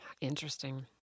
Interesting